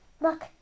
Look